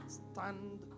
stand